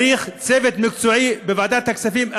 צריך צוות מקצועי בוועדת הכספים,